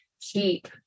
keep